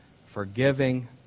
forgiving